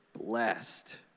blessed